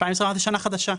2024 זה שנה חדשה.